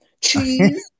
cheese